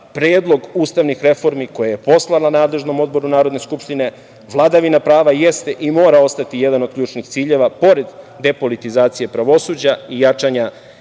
predlog ustavnih reformi koje je poslala nadležnom odboru Narodne skupštine. Vladavina prava jeste i mora ostati jedan od ključnih ciljeva pored depolitizacije pravosuđa i jačanja